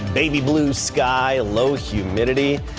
baby-blue sky low humidity.